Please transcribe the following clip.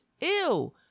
Ew